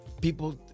People